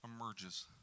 emerges